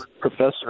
professor